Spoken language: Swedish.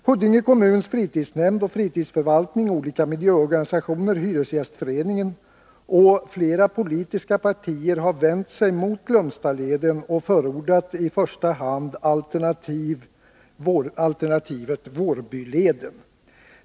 Huddinge kommuns fritidsnämnd och fritidsförvaltning, olika miljöorganisationer, hyresgästföreningen och flera politiska partier har vänt sig mot Glömstaleden och förordat i första hand alternativet Vårbyleden.